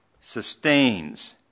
sustains